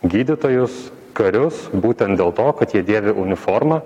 gydytojus karius būtent dėl to kad jie dėvi uniformą